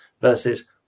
versus